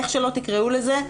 איך שלא תקראו לזה.